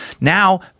Now